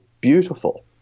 beautiful